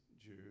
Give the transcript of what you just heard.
Jude